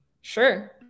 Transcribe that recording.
Sure